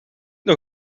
nog